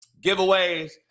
giveaways